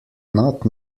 not